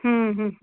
हम्म हम्म